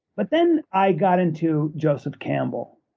but then i got into joseph campbell,